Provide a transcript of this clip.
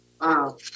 Wow